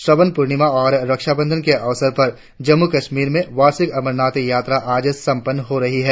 श्रावन पूर्णिमा और रक्षाबंधन के अवसर पर जम्मू कश्मीर में वार्षिक अमरनाथ यात्रा आज संपन्न हो रही है